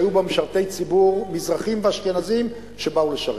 שהיו בה משרתי ציבור מזרחים ואשכנזים שבאו לשרת.